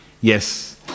yes